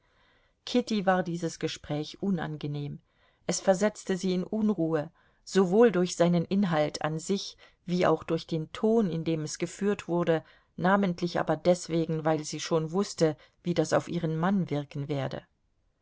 kitty war dieses gespräch unangenehm es versetzte sie in unruhe sowohl durch seinen inhalt an sich wie auch durch den ton in dem es geführt wurde namentlich aber deswegen weil sie schon wußte wie das auf ihren mann wirken werde